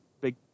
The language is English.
big